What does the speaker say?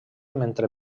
mentre